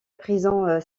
prison